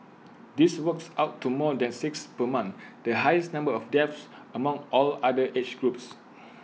this works out to more than six per month the highest number of deaths among all other age groups